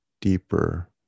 deeper